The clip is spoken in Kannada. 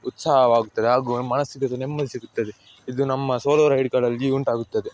ಉತ್ಸಾಹವಾಗುತ್ತದೆ ಹಾಗೂ ಮನಸ್ಸಿಗೆ ಅದು ನೆಮ್ಮದಿ ಸಿಗುತ್ತದೆ ಇದು ನಮ್ಮ ಸೋಲೋ ರೈಡ್ಗಳಲ್ಲಿ ಉಂಟಾಗುತ್ತದೆ